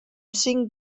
cinc